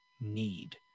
need